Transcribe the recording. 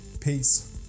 Peace